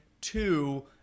two